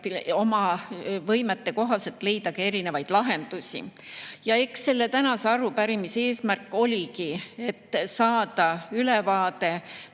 oma võimete kohaselt leida erinevaid lahendusi. Ja eks selle tänase arupärimise eesmärk oligi saada ülevaade